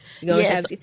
Yes